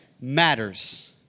matters